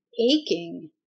aching